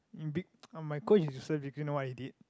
in big orh my coach is useless did you know what he did